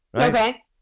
Okay